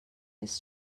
his